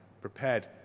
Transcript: prepared